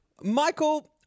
Michael